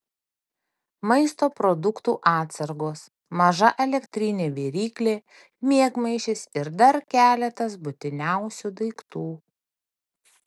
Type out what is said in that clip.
maisto produktų atsargos maža elektrinė viryklė miegmaišis ir dar keletas būtiniausių daiktų